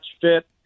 fit